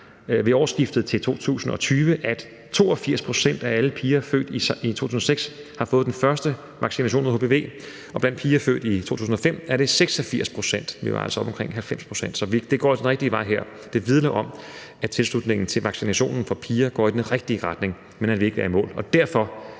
ved årsskiftet til 2020, at 82 pct. af alle piger født i 2006 har fået den første vaccination mod hpv, og blandt piger født i 2005 er det 86 pct. – vi var altså oppe omkring 90 pct. tidligere – så det går altså den rigtige vej her. Det vidner om, at tilslutningen til vaccinationen for piger går i den rigtige retning, men at vi ikke er i mål, og derfor